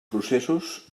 processos